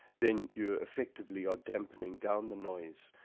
then you're effectively ah dampening down the noise.